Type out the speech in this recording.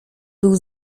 był